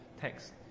text